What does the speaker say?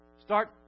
start